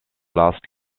last